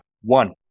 One